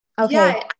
Okay